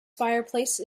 fireplace